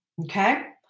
Okay